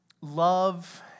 love